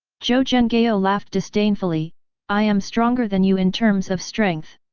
zhou zhenghao laughed disdainfully i am stronger than you in terms of strength!